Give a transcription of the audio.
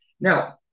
Now